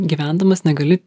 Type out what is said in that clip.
gyvendamas negali